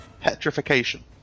Petrification